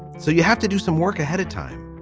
so you have to do some work ahead of time.